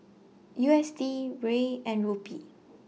U S D Riel and Rupee